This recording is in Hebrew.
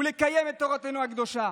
ולקיים את תורתנו הקדושה.